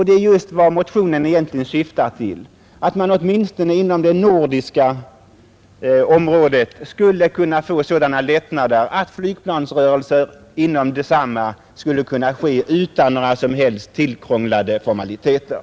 Det är just vad motionen egentligen syftar till: att man åtminstone inom det nordiska området skulle kunna få sådana lättnader att flygplansrörelser inom detsamma skulle kunna ske utan några som helst tillkrånglade formaliteter.